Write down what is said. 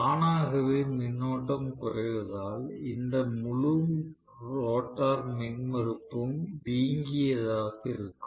தானாகவே மின்னோட்டம் குறைவதால் இந்த முழு ரோட்டார் மின்மறுப்பும் வீங்கியதாக இருக்கும்